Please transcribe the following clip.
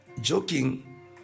joking